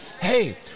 hey